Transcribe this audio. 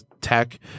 tech